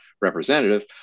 representative